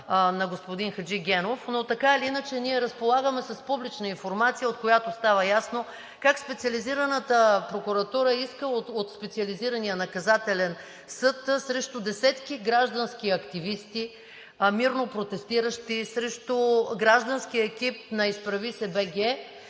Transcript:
на господин Хаджигенов, но така или иначе ние разполагаме с публична информация, от която става ясно как Специализираната прокуратура иска от Специализирания наказателен съд срещу десетки граждански активисти, мирно протестиращи, срещу гражданския екип на „Изправи се